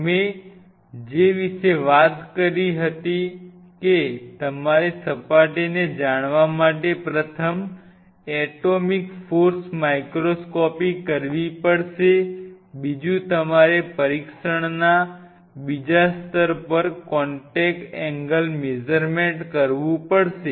અમે જે વિશે વાત કરી હતી કે તમારે સપાટીને જાણવા માટે પ્રથમ એટોમિક ફોર્સ માઇક્રોસ્કોપી કરવી પડશે બીજું તમારે પરીક્ષણના બીજા સ્તર પર કોન્ટેક એંગલ મેઝરમેન્ટ કરવુ પડશે